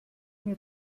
mir